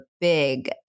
big